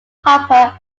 copper